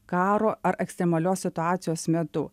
karo ar ekstremalios situacijos metu